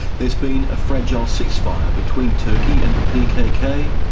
there's been a fragile ceasefire between turkey and the pkk,